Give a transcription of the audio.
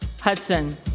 Hudson